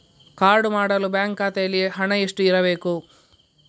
Card ಮಾಡಲು bank ಖಾತೆಯಲ್ಲಿ ಹಣ ಎಷ್ಟು ಇರಬೇಕು?